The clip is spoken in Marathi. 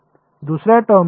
दुसर्या टर्मचे काय